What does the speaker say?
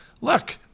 Look